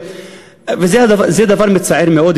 וזה דבר מצער מאוד,